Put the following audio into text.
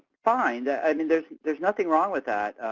fine. i mean, there's there's nothing wrong with that.